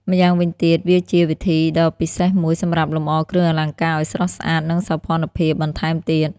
ម្យ៉ាងវិញទៀតវាជាវិធីដ៏ពិសេសមួយសម្រាប់លម្អគ្រឿងអលង្ការឲ្យស្រស់ស្អាតនិងសោភ័ណភាពបន្ថែមទៀត។